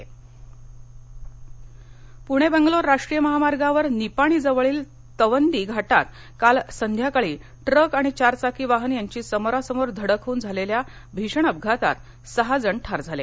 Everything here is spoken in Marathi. अपघात पूणे बंगलोर राष्ट्रीय महामार्गावर निपाणीजवळील तवंदी घाटात काल संध्याकाळी टूक आणि चार चाकी वाहन यांची समोरासमोर धडक होऊन झालेल्या भीषण अपघातात सहाजण ठार झाले